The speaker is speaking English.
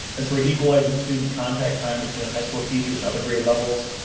as for equalizing student contact time between high school teachers and other grade levels,